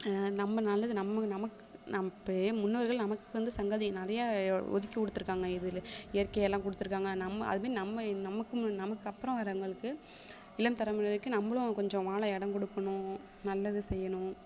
நம்ம நல்லது நம்ம நமக்கு நம் பெரிய முன்னோர்கள் நமக்கு வந்து சங்கதி நிறையா ஒதுக்கி கொடுத்துருக்காங்க இதில் இயற்கையெல்லாம் கொடுத்துருக்காங்க நம்ம அது மாரி நம்ம நமக்கு முன் நமக்கு அப்புறம் வர்றவங்களுக்கு இளம் தலைமுறையினருக்கு நம்பளும் கொஞ்சம் வாழ இடம் கொடுக்கணும் நல்லது செய்யணும்